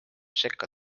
sekka